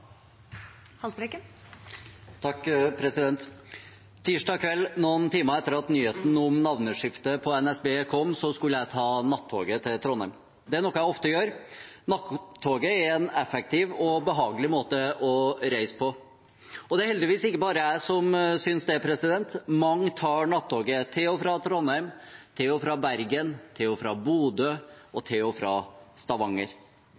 noe jeg ofte gjør. Nattoget er en effektiv og behagelig måte å reise på. Og det er heldigvis ikke bare jeg som synes det. Mange tar nattoget – til og fra Trondheim, til og fra Bergen, til og fra Bodø, og til og fra Stavanger.